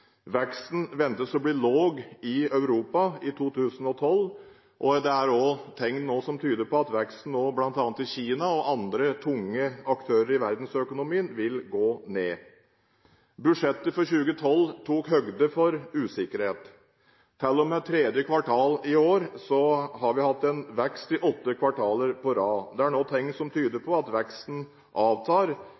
Veksten ventes å bli lav i Europa i 2012, og det er også tegn nå som tyder på at veksten i bl.a. Kina og for andre tunge aktører i verdensøkonomien vil gå ned. Budsjettet for 2012 tok høyde for usikkerhet. Til og med 3. kvartal i år har vi hatt en vekst i åtte kvartaler på rad. Det er nå tegn som tyder på at veksten avtar